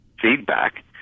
feedback